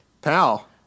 pal